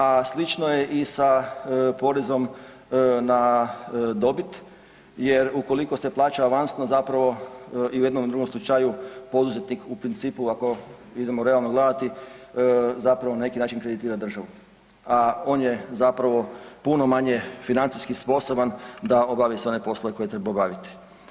A slično je i sa porezom na dobit jer ukoliko se plaća avansno zapravo i u jednom i u drugom slučaju poduzetnik u principu ako idemo realno gledati zapravo na neki način kreditira državu, a on je zapravo puno manje financijski sposoban da obavi sve one poslove koje treba obaviti.